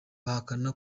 bahakana